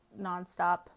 nonstop